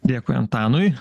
dėkui antanui